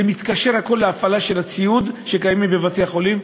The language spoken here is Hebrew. כי הכול מתקשר להפעלה של הציוד שקיים בבתי-החולים,